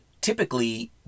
typically